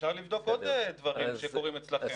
אפשר לבדוק עוד דברים שקורים אצלכם.